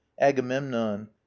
agamemnon